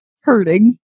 hurting